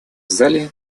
зале